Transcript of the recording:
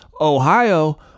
Ohio